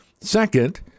Second